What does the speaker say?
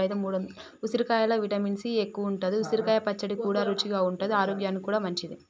ఉసిరికాయలో vitamin C ఎక్కువుంటది, ఉసిరికాయ పచ్చడి కూడా రుచిగా ఉంటది ఆరోగ్యానికి కూడా మంచిది